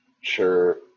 sure